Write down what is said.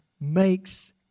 makes